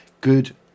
Good